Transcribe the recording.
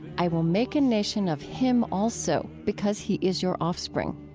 i will make a nation of him also because he is your offspring.